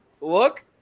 Look